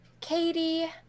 katie